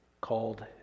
called